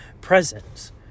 presence